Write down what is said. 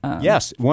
Yes